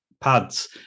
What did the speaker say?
pads